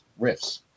riffs